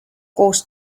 koos